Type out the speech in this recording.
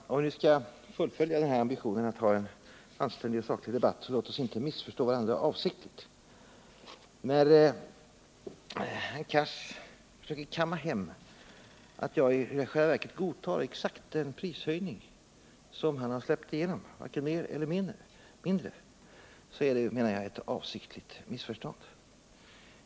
Herr talman! Om vi nu skall fullfölja ambitionen att ha en anständig och saklig debatt, låt oss då inte missförstå varandra avsiktligt. När Hadar Cars försöker kamma hem att jag i själva verket godtar exakt den prishöjning som han släppt igenom — varken större eller mindre — menar jag att det är ett avsiktligt missförstånd.